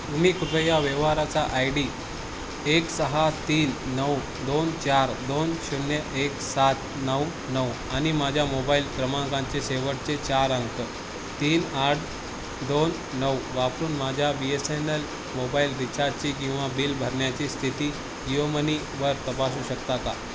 तुम्ही कृपया व्यवहाराचा आय डी एक सहा तीन नऊ दोन चार दोन शून्य एक सात नऊ नऊ आणि माझ्या मोबाईल क्रमांकांचे शेवटचे चार अंक तीन आठ दोन नऊ वापरून माझ्या B S N L mobile रिचार्जची किंवा बिल भरण्याची स्थिती जिओ मनीवर तपासू शकता का